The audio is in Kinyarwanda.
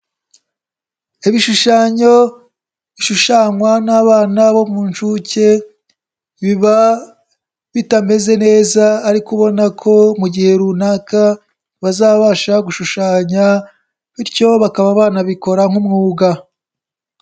Ibishushanyo bishushanywa n'abana bo mu nshuke biba bitameze neza ariko ubona ko mu gihe runaka bazabasha gushushanya bityo bakaba banabikora nk'umwuga.